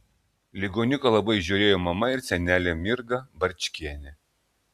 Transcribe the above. ligoniuką labai žiūrėjo mama ir senelė mirga barčkienė